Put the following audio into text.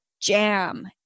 jam